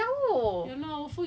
no at first cannot sekarang dah boleh